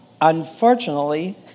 Unfortunately